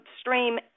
stream